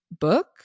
book